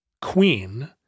Queen